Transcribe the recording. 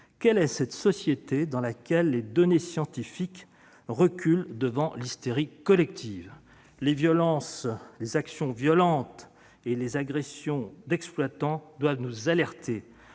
quelle est cette société dans laquelle les données scientifiques reculent devant l'hystérie collective ? Les actions violentes et les agressions d'exploitants doivent nous alerter.